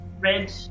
red